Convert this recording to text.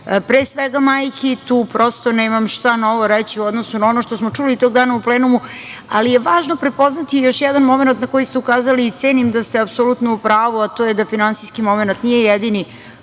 pre svega majki, tu prosto nemam šta novo reći u odnosu na ono što smo čuli tog dana u plenumu, ali je važno prepoznati još jedan momenat na koji ste ukazali i cenim da ste apsolutno u pravu, a to je da finansijski momenat nije jedini.